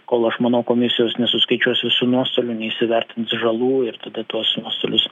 kol aš manau komisijos nesuskaičiuos visų nuostolių neįsivertins žalų ir tada tuos nuostolius